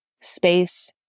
space